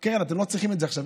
קרן, אתם לא צריכים את זה עכשיו.